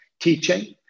teaching